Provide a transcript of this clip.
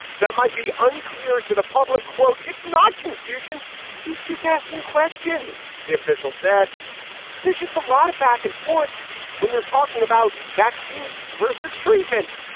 that might be unclear to the public. quote, it's not confusion he's just asking questions. the official said there's just a lot of back and forth when you're talking about vaccines versus treatment.